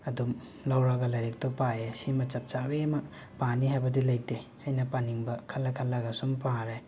ꯑꯗꯨꯝ ꯂꯧꯔꯒ ꯂꯥꯏꯔꯤꯛꯇꯣ ꯄꯥꯏꯌꯦ ꯁꯤꯃ ꯆꯞ ꯆꯥꯕꯤ ꯑꯃ ꯄꯥꯅꯤ ꯍꯥꯏꯕꯗꯤ ꯂꯩꯇꯦ ꯑꯩꯅ ꯄꯥꯅꯤꯡꯕ ꯈꯜꯂ ꯈꯜꯂꯒ ꯁꯨꯝ ꯄꯥꯔꯦ